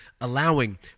allowing